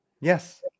Yes